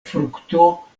frukto